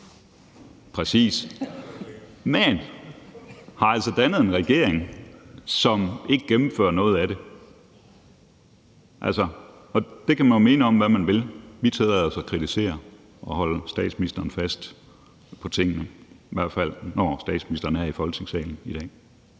ting, men som altså har dannet regering, som ikke gennemfører noget af det. Det kan man jo mene om, hvad man vil. Vi tillader os at kritisere og holde statsministeren fast på tingene, i hvert fald når statsministeren som i dag